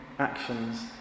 Actions